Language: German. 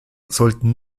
sollten